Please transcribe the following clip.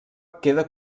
queda